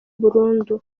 burundu